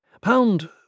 Pound